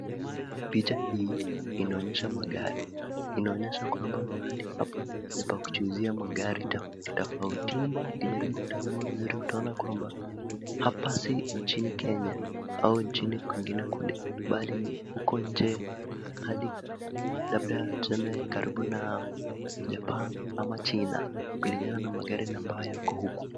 Picha hii inaonyesha magari, inaonyesha kwamba mahali hapa ni pa kujuzia magari tofauti tofauti, ukijaribu kutazama vizuri utaona kwamba hapa si nchini Kenya au nchini kwingine kule bali ni huko nje labda tuseme karibu na Jaban ama China kulingana na magari ambayo yako huku.